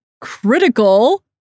critical